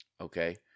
okay